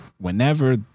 whenever